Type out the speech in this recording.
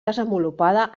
desenvolupada